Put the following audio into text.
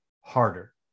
harder